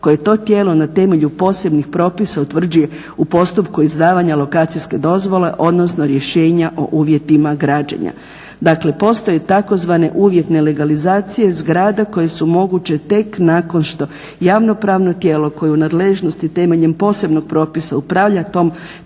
koje to tijelo na temelju posebnih propisa utvrđuje u postupku izdavanja lokacijske dozvole odnosno rješenja o uvjetima građenja. Dakle, postoje tzv. uvjetne legalizacije zgrada koje su moguće tek nakon što javnopravno tijelo koje u nadležnosti temeljem posebnog propisa upravlja tim